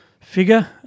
figure